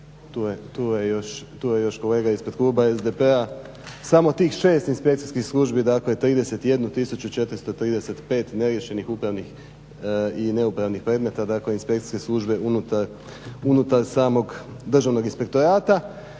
tu je još kolega ispred kluba SDP-a. Samo tih 6 inspekcijskih službi, dakle 31435 neriješenih upravnih i neupravnih predmeta. Dakle, inspekcijske službe unutar samog Državnog inspektorata